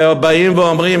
ועוד באים ואומרים,